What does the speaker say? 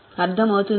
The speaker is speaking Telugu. అర్థం అవుతుందా